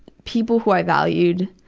people who i valued,